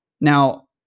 Now